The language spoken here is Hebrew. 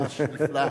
נפלאה.